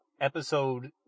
episode